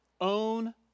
own